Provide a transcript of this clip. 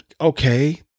Okay